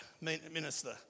minister